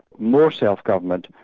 more self-government,